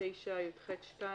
39יח2